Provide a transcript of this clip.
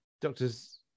doctors